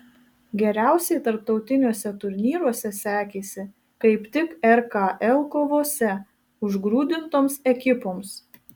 geriausiai tarptautiniuose turnyruose sekėsi kaip tik rkl kovose užgrūdintoms ekipoms